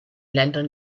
ländern